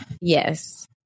Yes